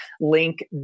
link